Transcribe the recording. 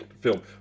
film